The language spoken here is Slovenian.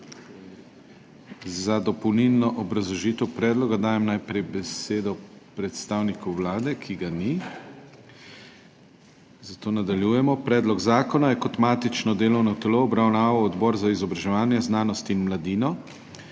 Za dopolnilno obrazložitev predloga dajem najprej besedo predstavniku Vlade, ki ga ni, zato nadaljujemo. Predlog zakona je kot matično delovno telo obravnaval Odbor za izobraževanje, znanost in mladino.